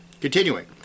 Continuing